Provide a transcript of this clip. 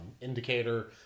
indicator